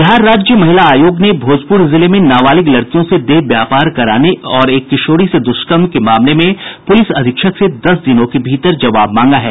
बिहार राज्य महिला आयोग ने भोजपुर जिलों में नाबालिग लड़कियों से देह व्यापार कराने और एक किशोरी से दुष्कर्म के मामले में पुलिस अधीक्षक से दस दिनों के भीतर जवाब मांगा है